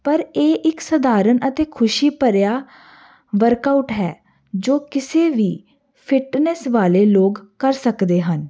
ਪਰ ਇਹ ਇੱਕ ਸਧਾਰਨ ਅਤੇ ਖੁਸ਼ੀ ਭਰਿਆ ਵਰਕ ਆਊਟ ਹੈ ਜੋ ਕਿਸੇ ਵੀ ਫਿਟਨੈਸ ਵਾਲੇ ਲੋਕ ਕਰ ਸਕਦੇ ਹਨ